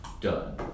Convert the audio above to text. Done